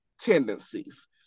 tendencies